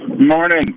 Morning